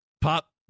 pop